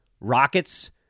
Rockets